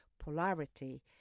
polarity